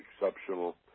exceptional